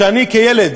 שאני כילד,